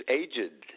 aged